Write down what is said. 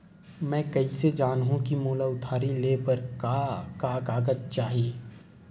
मैं कइसे जानहुँ कि मोला उधारी ले बर का का कागज चाही?